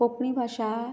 कोंकणी भाशा